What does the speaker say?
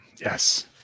yes